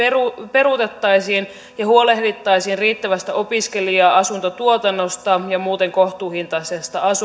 peruutettaisiin ja huolehdittaisiin riittävästä opiskelija asuntotuotannosta ja muuten kohtuuhintaisesta